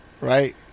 Right